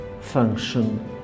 function